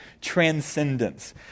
transcendence